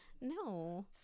no